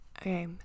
Okay